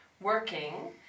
working